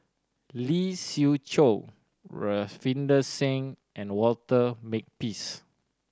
Lee Siew Choh Ravinder Singh and Walter Makepeace